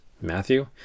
Matthew